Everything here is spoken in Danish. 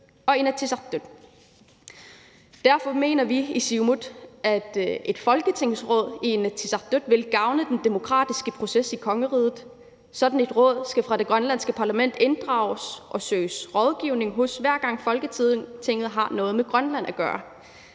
og Inatsisartut. Derfor mener vi i Siumut, at et folketingsråd i Inatsisartut vil gavne den demokratiske proces i kongeriget. Sådan et råd skal fra det grønlandske parlament inddrages og søges rådgivning hos, hver gang Folketinget har noget med Grønland at gøre.